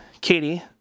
Katie